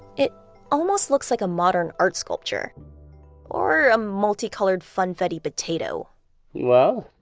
it almost looks like a modern art sculpture or a multicolored funfetti potato well,